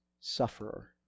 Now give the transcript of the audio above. sufferer